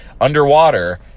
underwater